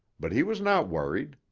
but he was not worried.